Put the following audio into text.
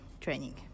training